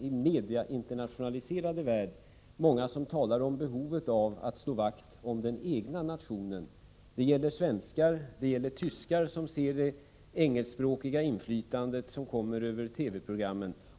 mediainternationaliserade värld många som talar om behovet av att slå vakt om den egna nationen. Det gäller svenskar, men även tyskar som ser det engelskspråkiga inflytandet komma via TV-programmen.